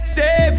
Stay